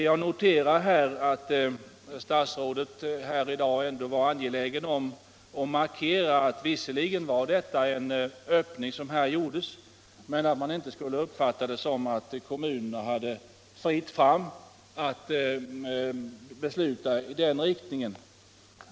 Jag noterade att statsrådet i dag var angelägen om att markera, att visserligen var det en ökning av befogenheterna som här givits, men man skall inte uppfatta saken så att det är fritt fram för kommunerna att besluta i den riktningen.